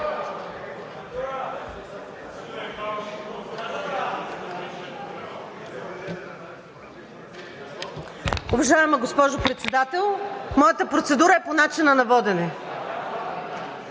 Уважаема госпожо Председател, моята процедура е по начина на водене.